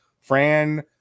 Fran